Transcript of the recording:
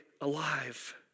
alive